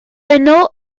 yno